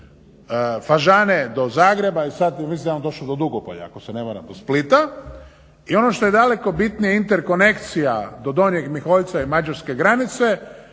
Fažane do Zagreba i sada mislim da je on došao do Dugopolja ako se ne varam do Splita i ono što je daleko bitnije interkonekcija do Donjeg Miholjca i mađarske granice